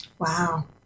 Wow